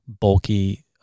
bulky